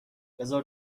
بذار